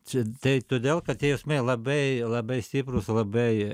čia tai todėl kad tie jausmai labai labai stiprūs labai